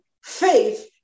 faith